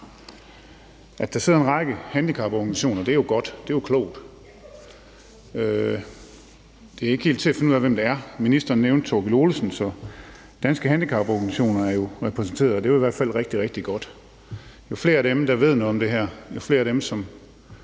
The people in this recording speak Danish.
at der sidder en række handicaporganisationer med. Det er ikke helt til at finde ud af, hvem det er. Ministeren nævnte Thorkild Olesen, så Danske Handicaporganisationerer er repræsenteret, og det er i hvert fald rigtig, rigtig godt. Jo flere af dem, som ved noget om det her og hver dag kæmper